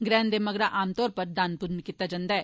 ग्रैह्ण दे मगरा आमतौर पर दान पुन्न कीता जंदा ऐ